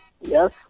Yes